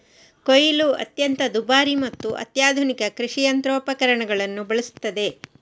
ಕೊಯ್ಲು ಅತ್ಯಂತ ದುಬಾರಿ ಮತ್ತು ಅತ್ಯಾಧುನಿಕ ಕೃಷಿ ಯಂತ್ರೋಪಕರಣಗಳನ್ನು ಬಳಸುತ್ತದೆ